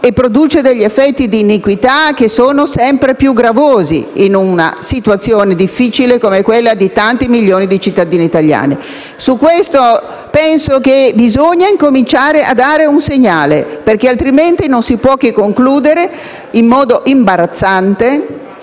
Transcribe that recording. e produce effetti di iniquità sempre più gravosi in una situazione difficile come quella in cui si trovano tanti milioni di cittadini italiani. Su questo penso che sia necessario cominciare a dare un segnale, perché altrimenti non si può che concludere, in modo imbarazzante,